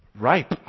Ripe